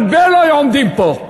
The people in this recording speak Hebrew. הרבה לא היו עומדים פה.